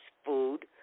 food